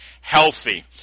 healthy